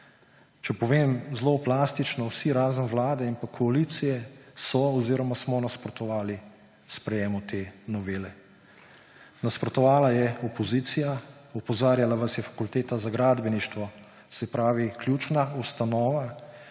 Če povem zelo plastično, vsi razen vlade in koalicije so oziroma smo nasprotovali sprejemu te novele. Nasprotovala je opozicija, opozarjala vas je Fakulteta za gradbeništvo, se pravi ključna ustanova,